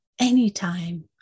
anytime